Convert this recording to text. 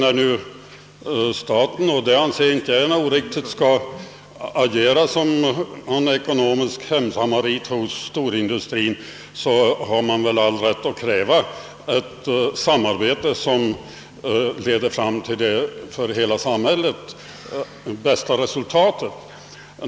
När nu staten skall agera som en ekonomisk hemsamarit för storindustrin — vilket jag inte anser vara oriktigt — så har man väl all rätt att kräva ett samarbete som leder fram till det för hela samhället bästa resultatet.